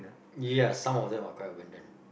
ya some of them are quite abandonned